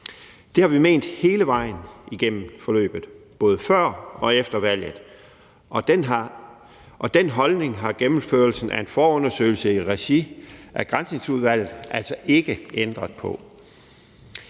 Det har vi ment hele vejen igennem forløbet, både før og efter valget, og den holdning har gennemførelsen af en forundersøgelse i regi af Granskningsudvalget altså ikke ændret på.